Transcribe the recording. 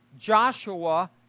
Joshua